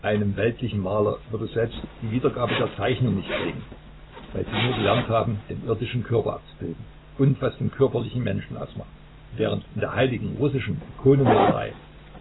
einem weltlichen maler würde selbst die wiedergabe der zeichnung nicht gelingen weil sie nur gelernt haben den irdischen körper abzubilden und was den körperlichen menschen ausmacht während in der heiligen russischen ikonenmalerei